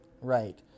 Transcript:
Right